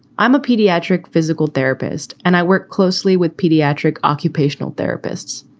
i'm a pediatric physical therapist and i work closely with pediatric occupational therapists.